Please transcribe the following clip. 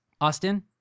Austin